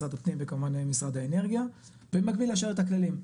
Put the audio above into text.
משרד הפנים וכמובן משרד האנרגיה במקביל יש לנו את הכללים,